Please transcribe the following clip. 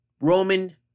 Roman